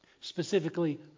Specifically